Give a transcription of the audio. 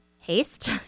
haste